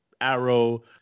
arrow